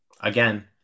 Again